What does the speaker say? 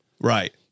right